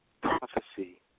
prophecy